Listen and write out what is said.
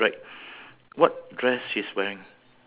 long hair